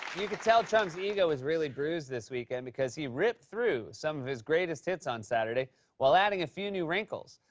you can tell trump's ego is really bruised this weekend because he ripped through some of his greatest hits on saturday while adding a few new wrinkles,